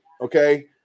okay